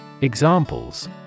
Examples